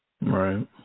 Right